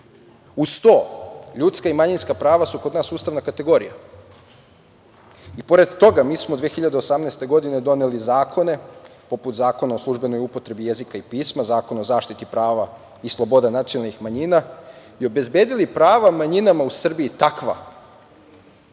Uz to, ljudska i manjinska prava su kod nas ustavna kategorija. Pored toga, mi smo 2018. godine doneli zakone poput Zakona o službenoj upotrebi jezika i pisma, Zakona o zaštiti prava i sloboda nacionalnih manjina i obezbedili prava manjinama u Srbiji takva